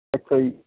ਅੱਛਾ ਜੀ